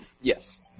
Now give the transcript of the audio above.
yes